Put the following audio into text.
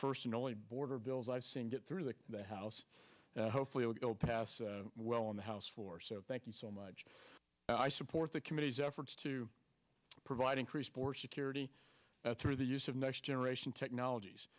first and only border bills i've seen get through the house and hopefully it will pass well on the house floor so thank you so much i support the committee's efforts to provide increased border security that's through the use of next generation technologies